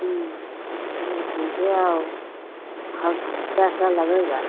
चलो ठीक है आओ हाँ क्या क्या लगेगा